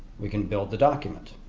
we can build the document.